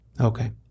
Okay